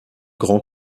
grand